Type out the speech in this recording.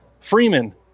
Freeman